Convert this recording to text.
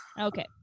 Okay